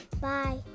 bye